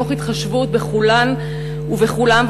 מתוך התחשבות בכולן ובכולם,